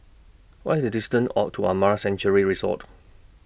What IS The distance onto Amara Sanctuary Resort